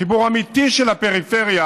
חיבור אמיתי של הפריפריה,